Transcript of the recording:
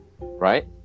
right